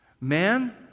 Man